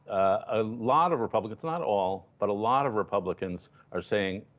a lot of republicans, not all, but a lot of republicans are saying,